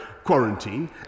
Quarantine